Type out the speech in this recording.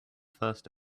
first